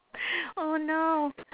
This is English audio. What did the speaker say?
oh no